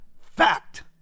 Fact